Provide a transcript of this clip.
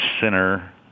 center